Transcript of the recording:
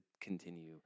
continue